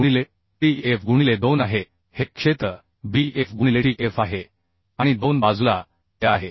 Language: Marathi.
गुणिले Tf गुणिले 2 आहे हे क्षेत्र Bf गुणिले Tf आहे आणि 2 बाजूला ते आहे